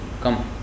come